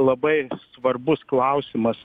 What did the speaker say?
labai svarbus klausimas